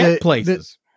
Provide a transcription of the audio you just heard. places